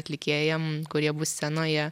atlikėjam kurie bus scenoje